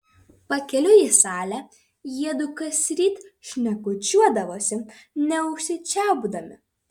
pakeliui į salę jiedu kasryt šnekučiuodavosi neužsičiaupdami